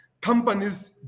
companies